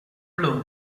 blue